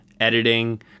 editing